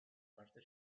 parte